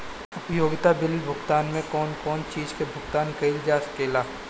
उपयोगिता बिल भुगतान में कौन कौन चीज के भुगतान कइल जा सके ला?